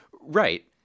Right